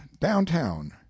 downtown